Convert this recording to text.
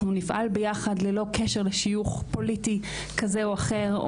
אנחנו נפעל ביחד ללא קשר לשיוך פוליטי כזה או אחר,